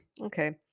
Okay